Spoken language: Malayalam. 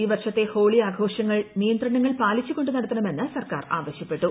ഈ വർഷത്തെ ഹോളി ആഘോഷങ്ങൾ നിയന്ത്രണങ്ങൾ പാലിച്ചുകൊണ്ട് നടത്തണമെന്ന് സർക്കാർ ആവശ്യപ്പെട്ടു